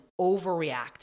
overreact